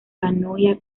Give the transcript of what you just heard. panonia